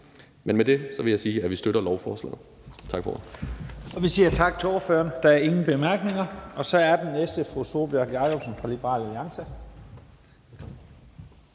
Men med det vil jeg sige, at vi støtter lovforslaget. Tak for